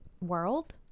world